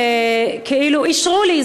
אישרו לי,